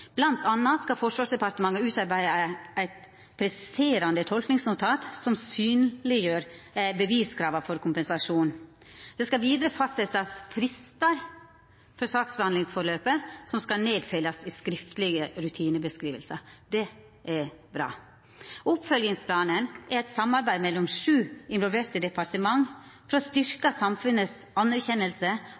anna skal Forsvarsdepartementet utarbeida eit presiserande tolkingsnotat som synleggjer beviskrava for kompensasjon. Det skal vidare fastsetjast fristar for saksbehandlingsforløpet som skal nedfellast i skriftlege rutinebeskrivingar. Det er bra. Oppfølgingsplanen er eit samarbeid mellom sju involverte departement for å